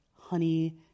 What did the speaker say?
honey